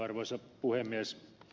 arvoisa puhemies